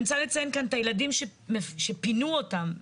אני רוצה לציין פה את הילדים שפינו אותם,